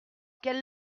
quelle